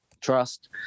trust